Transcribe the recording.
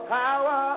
power